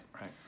right